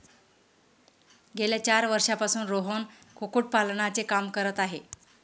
गेल्या चार वर्षांपासून रोहन कुक्कुटपालनाचे काम करत आहे